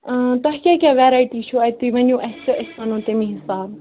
تۄہہِ کیٛاہ کیٛاہ ویٚرایٹی چھِو اَتہِ تُہۍ ؤنِو اَسہِ تہٕ أسۍ وَنو تَمے حِساب